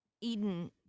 Eden